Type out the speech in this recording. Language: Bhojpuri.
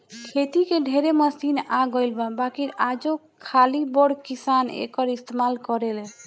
खेती के ढेरे मशीन आ गइल बा बाकिर आजो खाली बड़ किसान एकर इस्तमाल करेले